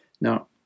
Now